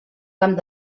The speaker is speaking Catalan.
camp